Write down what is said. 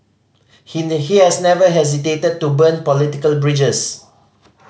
he he has never hesitated to burn political bridges